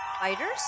fighters